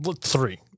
Three